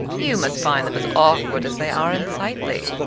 you must find them as awkward as they are unsightly.